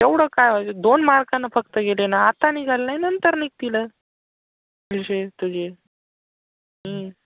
एवढं काय दोन मार्कानं फक्त गेले ना आता निघालं नाही नंतर निघतीलं विषय तुझे हं